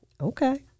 Okay